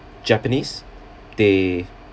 japanese they